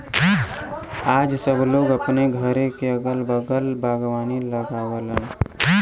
आज सब लोग अपने घरे क अगल बगल बागवानी लगावलन